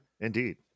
Indeed